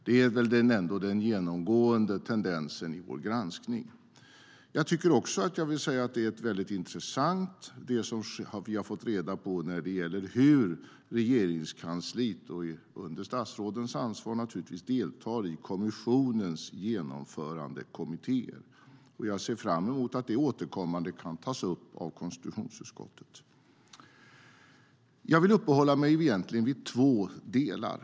Det är den genomgående tendensen i vår granskning. Jag vill uppehålla mig vid två delar.